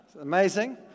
amazing